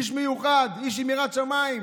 איש מיוחד, איש עם יראת שמיים,